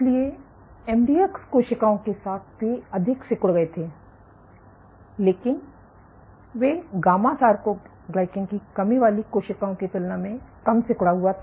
इसलिए एमडीएक्स कोशिकाओं के साथ वे अधिक सिकुड़ गए थे लेकिन वे गामा सार्कोग्लाइकैन की कमी वाली कोशिकाओं की तुलना में कम सिकुड़ा हुआ था